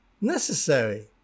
necessary